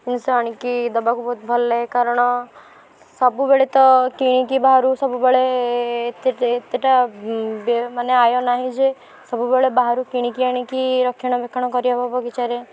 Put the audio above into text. ଜିନିଷ ଆଣିକି ଦେବାକୁ ବହୁତ ଭଲ ଲାଗେ କାରଣ ସବୁବେଳେ ତ କିଣିକି ବାହାରୁ ସବୁବେଳେ ଏତେଟା ବ୍ୟୟ ମାନେ ଆୟ ନାହିଁ ଯେ ସବୁବେଳେ ବାହାରୁ କିଣିକି ଆଣିକି ରକ୍ଷଣାବେକ୍ଷଣ କରି ହେବ ବଗିଚାରେ